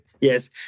Yes